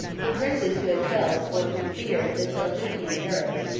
the princes who had felt, or who feared, the seljukian arrows,